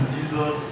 Jesus